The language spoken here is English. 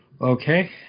okay